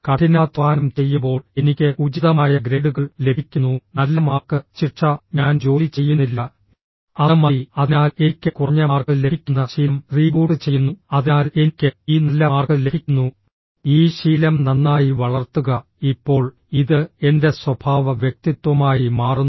കഠിനാധ്വാനം ചെയ്യുമ്പോൾ എനിക്ക് ഉചിതമായ ഗ്രേഡുകൾ ലഭിക്കുന്നു നല്ല മാർക്ക് ശിക്ഷ ഞാൻ ജോലി ചെയ്യുന്നില്ല അത് മതി അതിനാൽ എനിക്ക് കുറഞ്ഞ മാർക്ക് ലഭിക്കുന്ന ശീലം റീബൂട്ട് ചെയ്യുന്നു അതിനാൽ എനിക്ക് ഈ നല്ല മാർക്ക് ലഭിക്കുന്നു ഈ ശീലം നന്നായി വളർത്തുക ഇപ്പോൾ ഇത് എന്റെ സ്വഭാവ വ്യക്തിത്വമായി മാറുന്നു